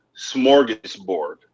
smorgasbord